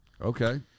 Okay